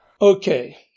Okay